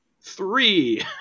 Three